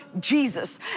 Jesus